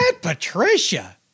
Patricia